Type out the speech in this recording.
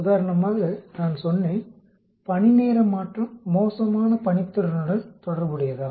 உதாரணமாக நான் சொன்னேன் பணிநேர மாற்றம் மோசமான பணித்திறனுடன் தொடர்புடையதா